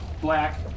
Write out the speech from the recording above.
black